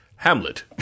Hamlet